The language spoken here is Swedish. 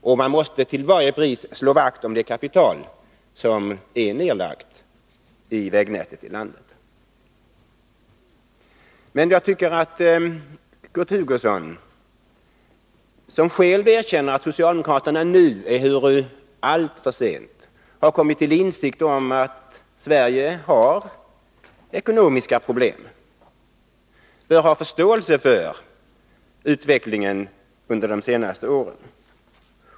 Vi måste till varje pris slå vakt om det kapital som är nedlagt i vägnätet i landet. Men jag tycker att Kurt Hugosson, som själv erkänner att socialdemokraterna nu — ehuru alltför sent — har kommit till insikt om att Sverige har ekonomiska problem, bör ha förståelse för utvecklingen under de senaste åren.